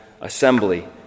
assembly